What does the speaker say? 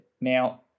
Now